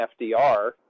FDR